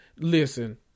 Listen